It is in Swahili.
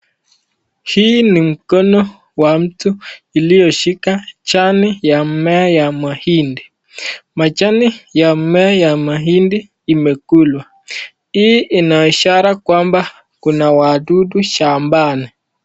Hii ni mkono wa mtu iliyoshika jani ya mmea wa mahindi. Majani ya mmea ya mahindi imekulwa. Hii ina ishara kwamba kuna wadudu shambani.